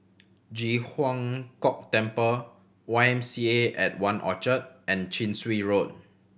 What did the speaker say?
Ji Huang Kok Temple Y M C A and One Orchard and Chin Swee Road